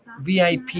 VIP